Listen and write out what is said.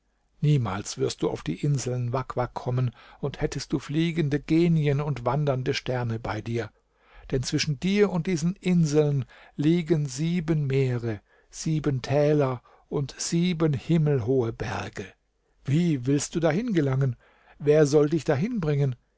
niemals wirst du auf die inseln wak wak kommen und hättest du fliegende genien und wandernde sterne bei dir denn zwischen dir und diesen inseln liegen sieben meere sieben täler und sieben himmelhohe berge wie willst du dahingelangen wer soll dich dahinbringen